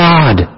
God